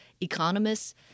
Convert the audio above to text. economists